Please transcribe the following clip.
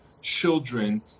children